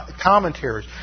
commentaries